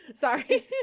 Sorry